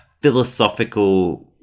philosophical